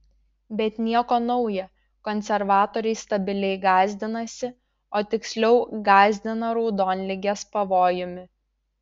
bet nieko nauja konservatoriai stabiliai gąsdinasi o tiksliau gąsdina raudonligės pavojumi